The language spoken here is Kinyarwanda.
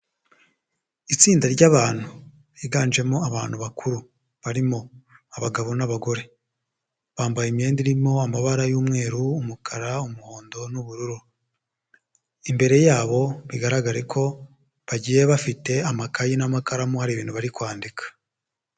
Itsinda ry'abantu biganjemo abantu bakuru, barimo abagabo n'abagore. Bambaye imyenda irimo amabara y'umweru, umukara, umuhondo n'ubururu. Imbere yabo bigaragare ko bagiye bafite amakayi n'amakaramu hari ibintu bari kwandika.